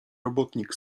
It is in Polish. robotnik